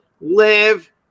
live